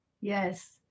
Yes